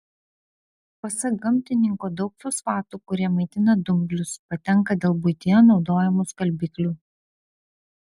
pasak gamtininko daug fosfatų kurie maitina dumblius patenka dėl buityje naudojamų skalbiklių